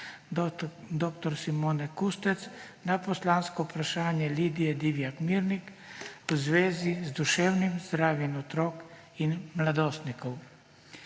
in šport podala na poslansko vprašanje Lidije Divjak Mirnik v zvezi z duševnim zdravjem otrok in mladostnikov.